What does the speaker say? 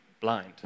blind